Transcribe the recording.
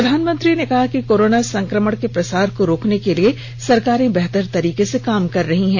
प्रधानमंत्री ने कहा कि कोरोना संकमण के प्रसार को रोकने के लिए सरकारें बेहतर तरीके से काम कर रही हैं